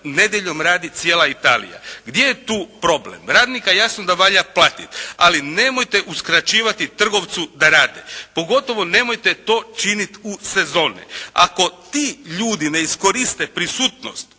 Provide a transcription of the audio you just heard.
nedjeljom radi cijeli Italija. Gdje je tu problem? Radnika jasno da valja platit. Ali nemojte uskraćivati trgovcu da rade, pogotovo nemojte to činit u sezoni. Ako ti ljudi ne iskoriste prisutnost